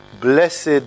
Blessed